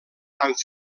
amb